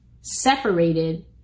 separated